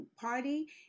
party